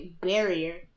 Barrier